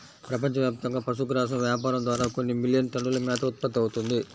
ప్రపంచవ్యాప్తంగా పశుగ్రాసం వ్యాపారం ద్వారా కొన్ని మిలియన్ టన్నుల మేత ఉత్పత్తవుతుంది